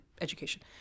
education